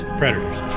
predators